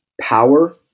power